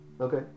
Okay